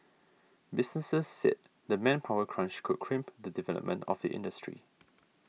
businesses said the manpower crunch could crimp the development of the industry